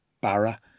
Barra